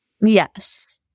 Yes